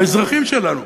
האזרחים שלנו,